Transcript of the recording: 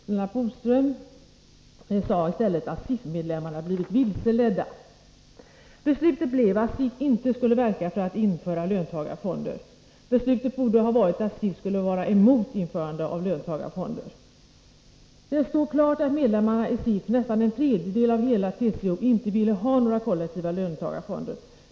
Lennart Bodström sade i stället att SIF-medlemmarna blivit ”vilseledda”. Beslutet blev att SIF inte skulle verka för att införa löntagarfonder. Beslutet borde ha varit att SIF skulle verka emot införande av löntagarfonder. Det står klart att medlemmarna i SIF — nästan en tredjedel av hela TCO — inte vill ha några kollektiva löntagarfonder.